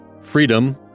Freedom